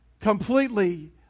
completely